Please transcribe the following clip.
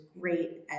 great